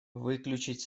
выключить